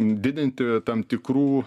didinti tam tikrų